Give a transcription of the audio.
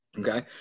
Okay